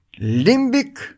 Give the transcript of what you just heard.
limbic